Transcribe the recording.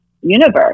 universe